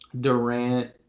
Durant